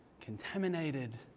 contaminated